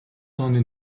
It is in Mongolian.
тооны